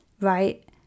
right